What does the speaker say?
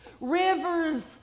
Rivers